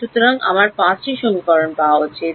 সুতরাং আমার 5 টি সমীকরণ পাওয়া উচিত